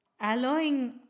allowing